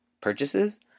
purchases